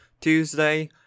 Tuesday